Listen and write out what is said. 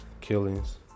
killings